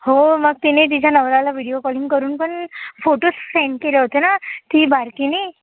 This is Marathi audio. हो मग तिने तिझ्या नवऱ्याला विडिओ कॉलिंग करून पण फोटोस सेन्ड केले होते ना ती बारकिने